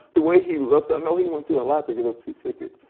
the way he looked, i know he went through a lot to get those two tickets.